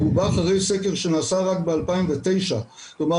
והוא בא אחרי סקר שנעשה רק ב- 2009. כלומר